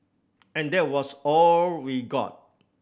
and that was all we got